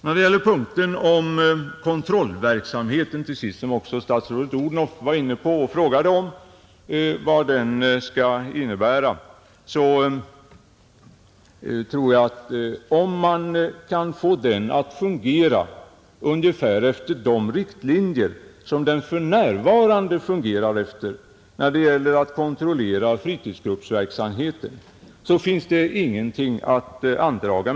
När det till sist gäller kontrollverksamheten, som också statsrådet Odhnoff var inne på — hon frågade vad den skulle innebära — tror jag, att om man kan få den att fungera efter ungefär samma riktlinjer som kontrollen av fritidsgruppsverksamheten, så finns det ingenting att andraga.